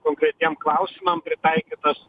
konkretiem klausimam pritaikytos